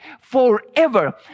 forever